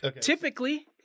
Typically